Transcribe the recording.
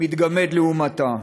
מתגמד לעומתה.